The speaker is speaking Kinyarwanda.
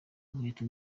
inkweto